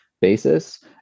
basis